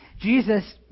Jesus